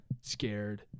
scared